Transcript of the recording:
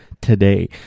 today